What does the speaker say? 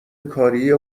کاریه